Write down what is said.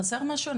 חסר משהו?